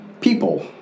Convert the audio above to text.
people